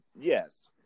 yes